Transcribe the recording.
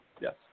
Yes